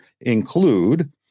include